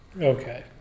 Okay